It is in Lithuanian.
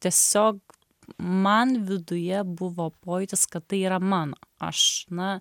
tiesiog man viduje buvo pojūtis kad tai yra mano aš na